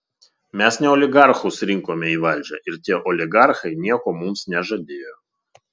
mes ne oligarchus rinkome į valdžią ir tie oligarchai nieko mums nežadėjo